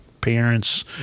parents